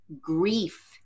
grief